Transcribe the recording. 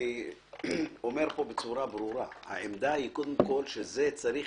אני אומר פה בצורה ברורה: העמדה היא קודם כל שזה צריך